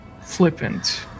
flippant